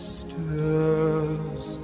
stirs